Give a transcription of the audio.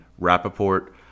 Rappaport